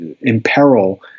imperil